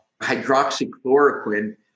hydroxychloroquine